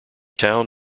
town